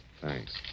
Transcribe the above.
Thanks